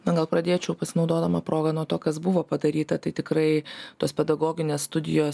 na gal pradėčiau pasinaudodama proga nuo to kas buvo padaryta tai tikrai tos pedagoginės studijos